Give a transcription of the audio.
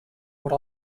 what